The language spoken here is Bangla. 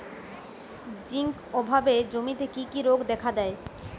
জিঙ্ক অভাবে জমিতে কি কি রোগ দেখাদেয়?